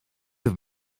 have